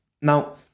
Now